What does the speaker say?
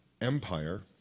empire